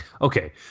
Okay